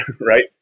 right